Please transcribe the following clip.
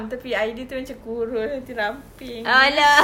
tapi ideal itu macam kurus nanti ramping